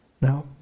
Now